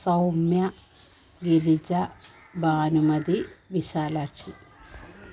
Soumya Girija Bhanumathi Vishalakshi